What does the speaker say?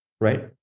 right